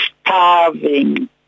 starving